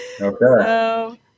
Okay